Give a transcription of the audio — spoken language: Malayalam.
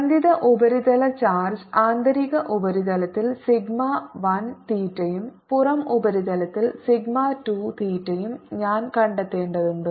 ബന്ധിത ഉപരിതല ചാർജ് ആന്തരിക ഉപരിതലത്തിൽ സിഗ്മ 1 തീറ്റയും പുറം ഉപരിതലത്തിൽ സിഗ്മ 2 തീറ്റയും ഞാൻ കണ്ടെത്തേണ്ടതുണ്ട്